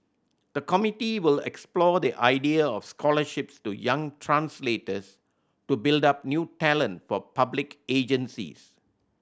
the committee will explore the idea of scholarships to young translators to build up new talent for public agencies